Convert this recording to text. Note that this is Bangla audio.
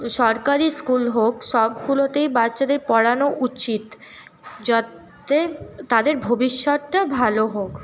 সরকারি স্কুল হোক সবগুলোতেই বাচ্চাদের পড়ানো উচিত যাতে তাদের ভবিষ্যতটা ভালো হোক